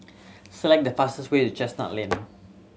select the fastest way to Chestnut Lane